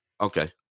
okay